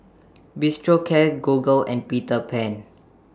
Bistro Cat Google and Peter Pan